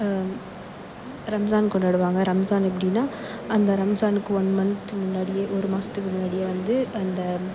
ரம்ஜான் கொண்டாடுவாங்க ரம்ஜான் அப்படின்னா அந்த ரம்ஜானுக்கு ஒன் மந்த் முன்னாடியே ஒரு மாசத்துக்கு முன்னாடியே வந்து அந்த